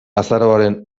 azaroaren